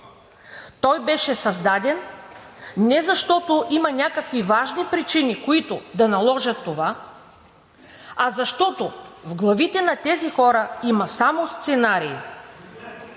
Той беше създаден не защото има някакви важни причини, които да наложат това, а защото в главите на тези хора има само сценарии.